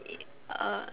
i~ err